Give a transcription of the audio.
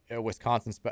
Wisconsin